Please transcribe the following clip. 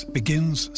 begins